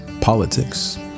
politics